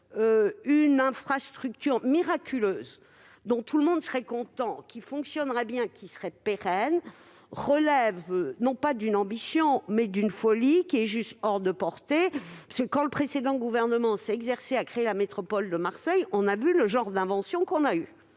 une infrastructure miraculeuse, dont tout le monde serait content, qui fonctionnerait bien et qui serait pérenne, relève non pas d'une ambition, mais d'une folie hors de portée ! Quand le précédent gouvernement s'est exercé à créer la métropole de Marseille, on a vu le genre d'inventions qu'on a eu